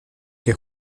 que